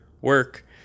work